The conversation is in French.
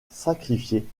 sacrifiés